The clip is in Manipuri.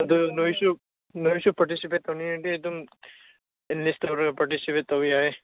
ꯑꯗꯨ ꯅꯣꯏꯁꯨ ꯅꯣꯏꯁꯨ ꯄꯥꯔꯇꯤꯁꯤꯄꯦꯠ ꯇꯧꯅꯤꯡꯉꯗꯤ ꯑꯗꯨꯝ ꯏꯟꯂꯤꯁ ꯇꯧꯔꯒ ꯄꯥꯔꯇꯤꯁꯤꯄꯦꯠ ꯇꯧꯕ ꯌꯥꯏꯌꯦ